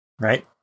right